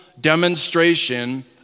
demonstration